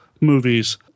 movies